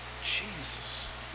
Jesus